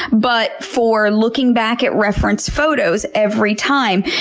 but for looking back at reference photos every time,